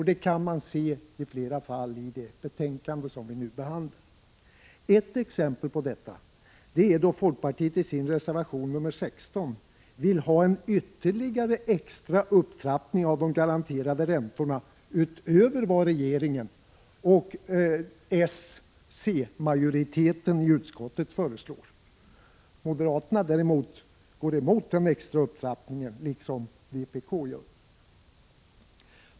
Det kan man se på flera punkter i det betänkande som vi nu behandlar. Ett exempel på detta är då folkpartiet i sin reservation 16 vill ha en ytterligare extra upptrappning av de garanterade räntorna, utöver vad regeringen och s-c-majoriteten i utskottet föreslår. Moderaterna däremot går emot den extra upptrappningen liksom vpk.